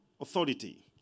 authority